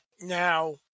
Now